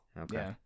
Okay